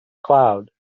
cloud